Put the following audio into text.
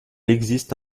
existe